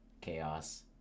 chaos